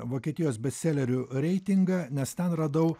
vokietijos bestselerių reitingą nes ten radau